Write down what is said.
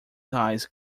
eyes